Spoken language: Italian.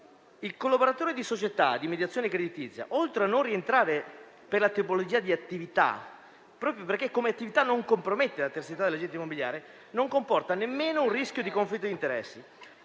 Il collaboratore di società di mediazione creditizia, oltre a non rientrare per la tipologia di attività - proprio perché come attività non compromette la terzietà dell'agente immobiliare - non comporta nemmeno un rischio di conflitto di interessi,